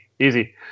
Easy